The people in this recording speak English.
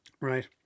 Right